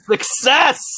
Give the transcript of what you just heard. Success